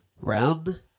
Round